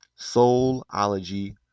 Soulology